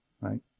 right